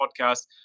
podcast